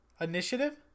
Initiative